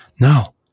No